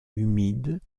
humides